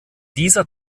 dieser